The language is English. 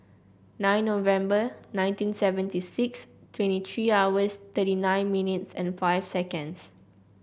nine November nineteen seventy six twenty three hours thirty nine minutes and five seconds